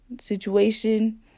situation